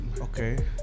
Okay